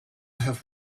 have